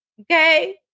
okay